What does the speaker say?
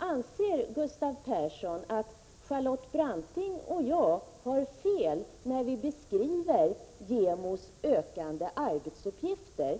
Anser Gustav Persson att Charlotte Branting och jag har fel när vi beskriver JämO:s ökande arbetsuppgifter?